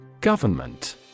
Government